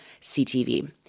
CTV